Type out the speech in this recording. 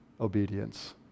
obedience